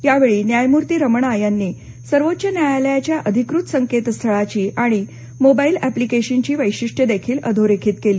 यावेळी न्यायमूर्ती रमणा यांनी सर्वोच्च न्यायालयाच्या अधिकृत संकेतस्थळाची आणि मोबाईल एप्लिकेशनची वैशिष्ट्य देखील अधोरेखित केली